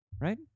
Right